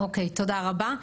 אוקי, תודה רבה.